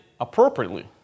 appropriately